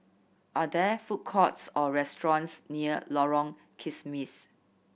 are there food courts or restaurants near Lorong Kismis